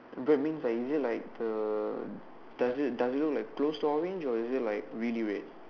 bread means like is it like the does it does it look like closed orange or is it like really red